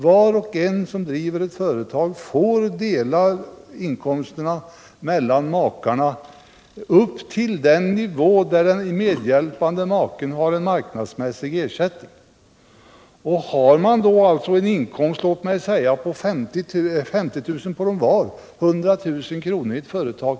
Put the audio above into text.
Var och en som driver ett företag får dela inkomsterna nfellan makarna upp tillen nivå, som innebär att den medhjälpande maken får en marknadsmissig ersättning. Man kan då ha t.ex. 50 000 kr. var i inkomst, dvs. tillsammans 100 000 kr. av ett företag.